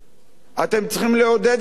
אתם צריכים לעודד את המגמות האלה,